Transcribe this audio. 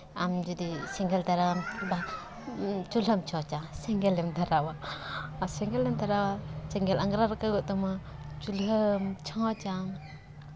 ᱟᱢ ᱡᱩᱫᱤ ᱥᱮᱸᱜᱮᱞ ᱫᱷᱚᱨᱟᱣ ᱟᱢ ᱪᱩᱞᱦᱟᱹᱢ ᱪᱷᱚᱸᱪᱼᱟ ᱥᱮᱸᱜᱮᱞ ᱮᱢ ᱫᱷᱚᱨᱟᱣᱟ ᱟᱨ ᱥᱮᱸᱜᱮᱞ ᱮᱢ ᱫᱷᱚᱨᱟᱣᱟ ᱥᱮᱸᱜᱮᱞ ᱟᱸᱜᱽᱨᱟ ᱨᱟᱠᱟᱵᱚᱜ ᱛᱟᱢᱟ ᱪᱩᱞᱦᱟᱹᱢ ᱪᱷᱚᱸᱪᱼᱟ